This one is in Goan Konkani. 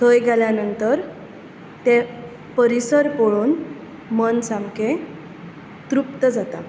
थंय गेल्या नंतर ते परिसर पळोवन मन सामकें तृप्त जाता